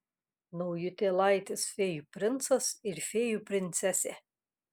naujutėlaitis fėjų princas ir fėjų princesė